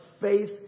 faith